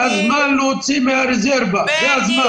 זה הזמן להוציא מן הרזרבה, זה הזמן.